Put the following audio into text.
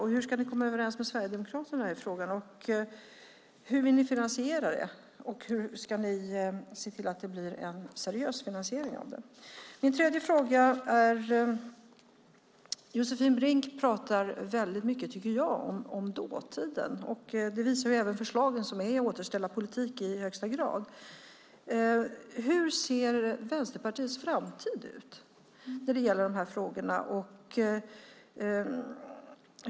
Och hur ska ni komma överens med Sverigedemokraterna? Hur vill ni finansiera det hela och se till att det blir en seriös finansiering? Det tredje jag vill ta upp är att Josefin Brink talar mycket om dåtid, och det visar även förslagen som innebär en återställarpolitik i högsta grad. Hur ser Vänsterpartiets framtid ut när det gäller dessa frågor?